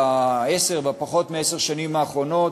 לפחות מעשר השנים האחרונות.